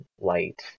light